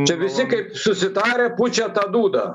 čia visi kaip susitarę pučia tą dūdą